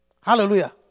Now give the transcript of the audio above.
Hallelujah